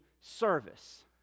service